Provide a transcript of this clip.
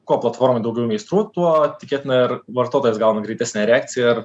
kuo platformoj daugiau meistrų tuo tikėtina ir vartotojas gauna greitesnę reakciją ir